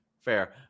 fair